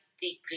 deeply